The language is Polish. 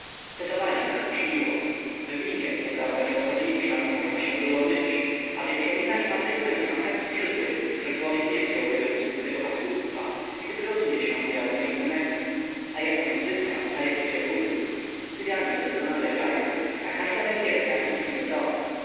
fetowali nas aż miło w winie coprawda nieosobliwszem można się było myć a wieprzowina i papryka już nam tak zbrzydły że człowiek nie wziąłby do ust tego paskudztwa gdyby rozumie się miał co innego a jaka muzyka a jakie dziewuchy cygani doskonale grają a każda węgierka istny proch